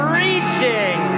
reaching